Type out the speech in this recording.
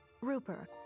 Rupert